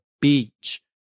Beach